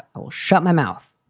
i will shut my mouth